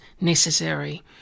necessary